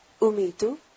umitu